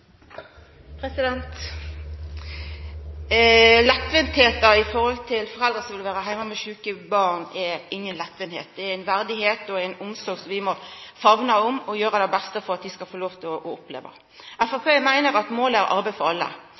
i forhold til foreldre som vil vera heime med sjuke barn! Det er ingen «lettvinthet». Det er ei verdigheit og ei omsorg som vi må famna om og gjera det beste for at ein skal få lov å oppleva. Framstegspartiet meiner at målet er arbeid for alle,